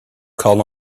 call